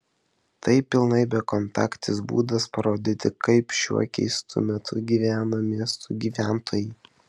tai pilnai bekontaktis būdas parodyti kaip šiuo keistu metu gyvena miestų gyventojai